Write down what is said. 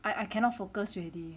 I I cannot focus already